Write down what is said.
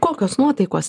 kokios nuotaikos